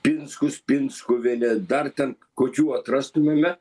pinskus pinskuvienė dar ten kokių atrastumėme